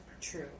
true